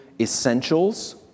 essentials